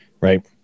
right